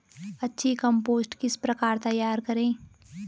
अच्छी कम्पोस्ट किस प्रकार तैयार करें?